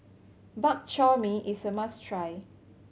Bak Chor Mee is a must try